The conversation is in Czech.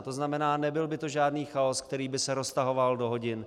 To znamená, nebyl by to žádný chaos, který by se roztahoval do hodin.